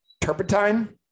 turpentine